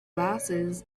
glasses